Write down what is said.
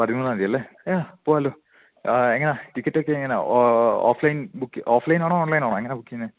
പതിമൂന്നാന്തിയല്ലേ യാ പോവാമല്ലോ എങ്ങനാ ടിക്കറ്റൊക്കെ എങ്ങനാ ഓഫ്ലൈൻ ബുക് ഓഫ്ലൈനാണോ ഓൺലൈനാണോ എങ്ങനാ ബുക്ക് ചെയ്യുന്നത്